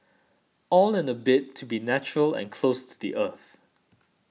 all in a bid to be natural and close to the earth